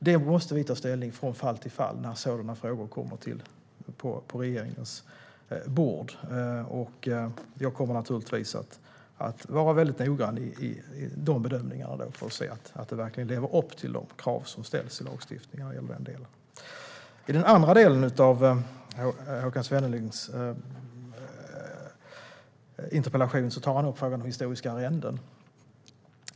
När sådana frågor kommer på regeringens bord måste vi ta ställning från fall till fall, och jag kommer naturligtvis att vara väldigt noggrann i de bedömningarna för att se att de verkligen lever upp till de krav som ställs i lagstiftningen när det gäller detta. Håkan Svenneling tar i den andra delen av sin interpellation upp frågan om historiska arrenden.